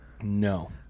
No